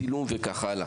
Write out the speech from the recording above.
צילום וכולי,